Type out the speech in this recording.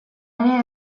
ere